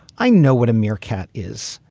i know what a mere cat is.